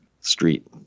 street